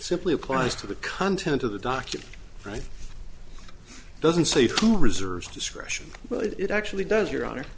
simply applies to the content of the document right doesn't say to reserves discretion but it actually does your honor